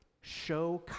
show